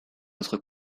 notre